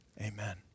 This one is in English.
Amen